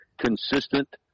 consistent